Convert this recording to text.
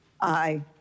Aye